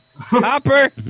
Hopper